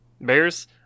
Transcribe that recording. bears